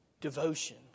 devotion